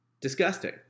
disgusting